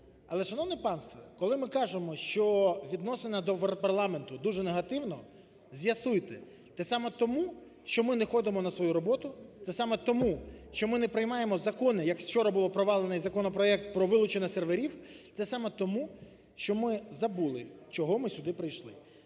Але, шановне панство, коли ми кажемо, що відносини до парламенту уже негативні, з'ясуйте, це саме тому, що ми не ходимо на свою роботу, це саме тому, що не приймаємо закони, як вчора було провалений законопроект про вилучення серверів, це саме тому, що ми забули, чого ми сюди прийшли.